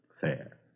fair